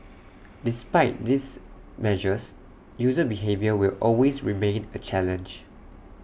despite these measures user behaviour will always remain A challenge